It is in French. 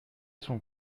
son